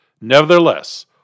Nevertheless